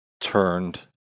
turned